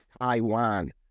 Taiwan